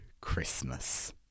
Christmas